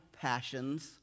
passions